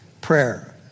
prayer